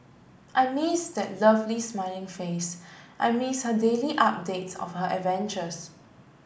I miss that lovely smiling face I miss her daily updates of her adventures